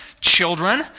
children